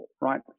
right